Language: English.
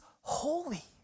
holy